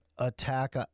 Attack